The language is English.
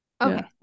okay